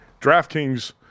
DraftKings